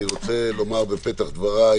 התשפ"א 2021. בפתח דבריי